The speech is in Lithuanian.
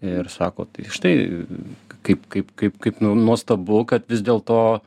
ir sako tai štai kaip kaip kaip kaip nuostabu kad vis dėlto